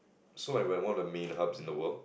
so we are one of the main hubs in the world